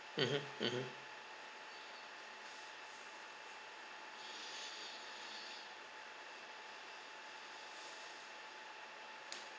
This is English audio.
mmhmm mmhmm